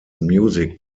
music